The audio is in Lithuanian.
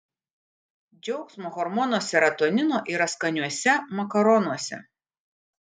džiaugsmo hormono serotonino yra skaniuose makaronuose